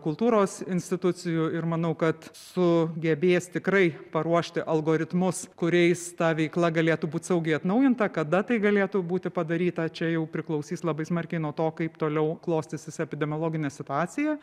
kultūros institucijų ir manau kad sugebės tikrai paruošti algoritmus kuriais ta veikla galėtų būti saugi atnaujinta kada tai galėtų būti padaryta čia jau priklausys labai smarkiai nuo to kaip toliau klostysis epidemiologinė situacija